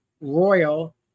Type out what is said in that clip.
Royal